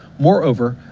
moreover,